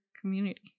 community